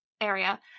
area